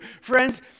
friends